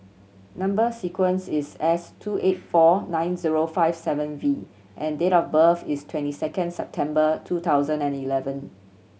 number sequence is S two eight four nine zero five seven V and date of birth is twenty second September two thousand and eleven